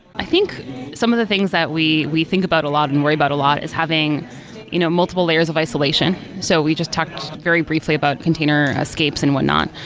i think some of the things that we we think about a lot and worry about a lot is having you know multiple layers of isolation. so we just talked very briefly about container escapes and whatnot.